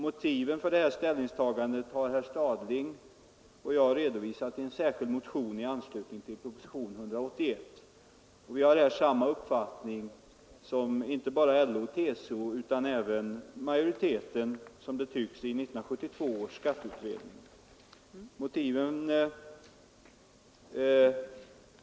Motiven för detta ställningstagande har herr Stadling och jag redovisat i en särskild motion i anslutning till propositionen 181. Vi har samma uppfattning som inte bara LO och TCO utan även, som det tycks, majoriteten i 1972 års skatteutredning.